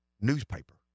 newspaper